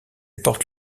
porte